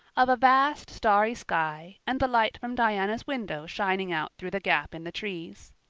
of a vast starry sky, and the light from diana's window shining out through the gap in the trees.